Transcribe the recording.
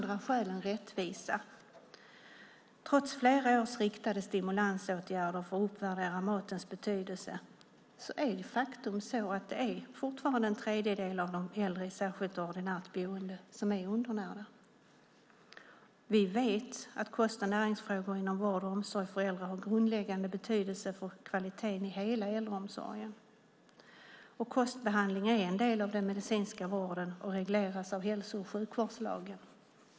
Trots flera års riktade stimulansåtgärder för att uppvärdera matens betydelse är fortfarande en tredjedel av de äldre i särskilt och ordinärt boende undernärda. Vi vet att kost och näringsfrågor inom vård och omsorg för äldre har grundläggande betydelse för kvaliteten i hela äldreomsorgen. Kostbehandling är en del av den medicinska vården och regleras av hälso och sjukvårdslagen.